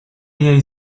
jej